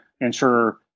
ensure